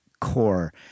core